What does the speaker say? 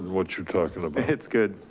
what you're talking about. it's good,